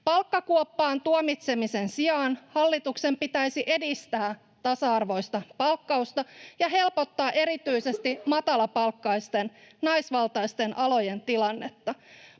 Palkkakuoppaan tuomitsemisen sijaan hallituksen pitäisi edistää tasa-arvoista palkkausta ja helpottaa erityisesti matalapalkkaisten naisvaltaisten alojen tilannetta,